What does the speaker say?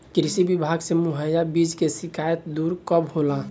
कृषि विभाग से मुहैया बीज के शिकायत दुर कब होला?